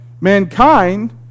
Mankind